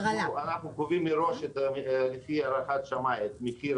קובעים מראש לפי הערכת שמאי את מחיר